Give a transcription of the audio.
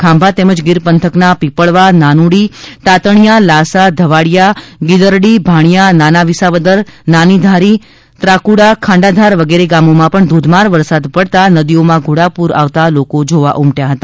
ખાંભા તેમજ ગીર પંથકના પીપળવા નાનુડી તાતણીયા લાસા ધવાડીયા ગીદરડી ભાણીયા નાનાવિસાવદર નાનીધારી વાંકીયા ડેડાણ ત્રાકુડા ખાંડાધાર વગેરે ગામોમાં ધોધમાર વરસાદ પડતા નદીઓમાં ઘોડાપૂર આવતા લોકો જોવા ઉમટ્યા હતા